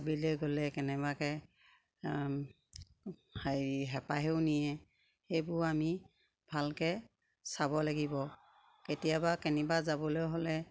গ'লে কেনেবাকে হেৰি হেঁপাহেও নিয়ে সেইবো আমি ভালকে চাব লাগিব কেতিয়াবা কেনিবা যাবলৈ হ'লে